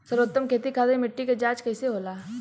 सर्वोत्तम खेती खातिर मिट्टी के जाँच कईसे होला?